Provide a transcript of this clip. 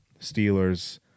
Steelers